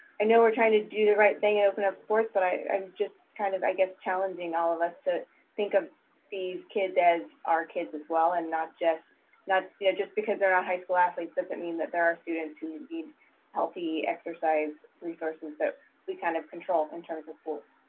i know we're trying to do the right thing, open up sports, but i'm just kind of i guess challenging all of us to think of these kids as our kids as well and not just not you know just because they're not high school athletes doesn't mean that there are students who need healthy exercise, resources that we kind of control in terms of pools.